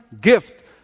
gift